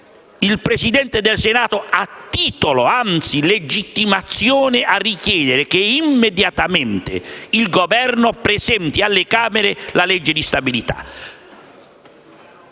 Il Presidente del Senato ha titolo, anzi legittimazione, a richiedere che immediatamente il Governo presenti alle Camere la legge di stabilità